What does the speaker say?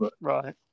Right